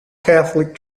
catholic